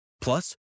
Plus